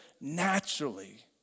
naturally